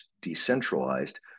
decentralized